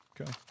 Okay